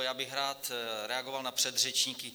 Já bych rád reagoval na předřečníky.